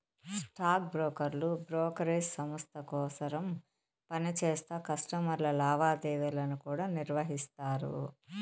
stock బ్రోకర్లు brokerage సంస్త కోసరం పనిచేస్తా కస్టమర్ల లావాదేవీలను కూడా నిర్వహిస్తారు